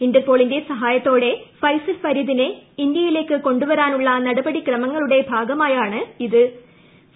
ഇന്റർപോളിന്റെ സഹായത്തോടെ ഫൈസൽ ഫ്രീദിനെ ഇന്ത്യയിലേക്ക് കൊണ്ടുവരാനുള്ള നടപടിക്രമങ്ങളുടെ ഭാഗമായാണ് നടപടി